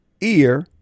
ear